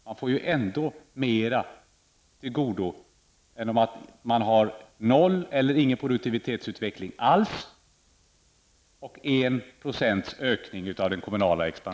Man får ju ändå mera till godo än om man har ingen produktivitetsutveckling alls vid en